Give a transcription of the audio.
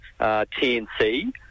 TNC